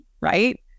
right